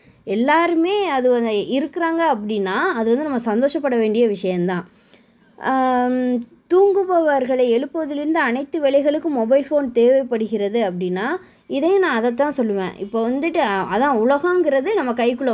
எல்லோருமே அதாவது இருக்கிறாங்க அப்படினா அது வந்து நம்ம சந்தோஷப்பட வேண்டிய விஷயந்தான் தூங்குபவர்களை எழுப்புவதிலிருந்து அனைத்து வேலைகளுக்கும் மொபைல் ஃபோன் தேவைப்படுகிறது அப்டினா இதையும் நான் அதைத்தான் சொல்லுவேன் இப்போ வந்துட்டு அதுதான் உலகோங்கிறது நம்ம கைக்குள்ள வந்துருச்சு